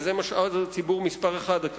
וזה משאב הציבור מספר אחת,